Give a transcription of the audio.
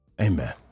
Amen